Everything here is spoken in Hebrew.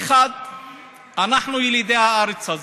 אנחנו ילידי הארץ הזאת.